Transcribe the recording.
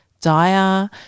dire